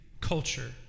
culture